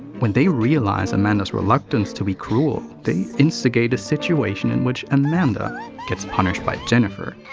when they realize amanda's reluctance to be cruel, they instigate a situation in which amanda gets punished by jennifer.